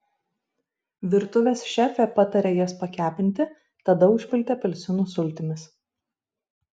virtuvės šefė pataria jas pakepinti tada užpilti apelsinų sultimis